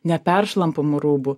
neperšlampamų rūbų